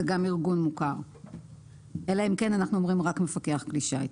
זה גם ארגון מוכר אלא אם כן אנחנו אומרים רק מפקח כלי שיט.